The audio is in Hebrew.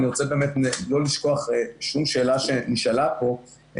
אני רוצה באמת לא לשכוח שום שאלה שנשאלה פה,